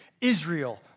Israel